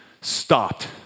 stopped